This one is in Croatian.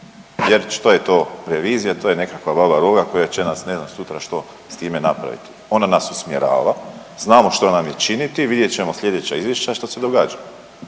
Jer što je to revizija? To je valjda nekakva babaroga koja će nas ne znam sutra što s time napraviti. Ona nas usmjerava, znamo što nam je činiti, vidjet ćemo sljedeća izvješća što se događa.